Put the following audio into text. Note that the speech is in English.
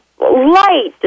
light